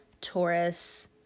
Taurus